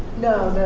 no,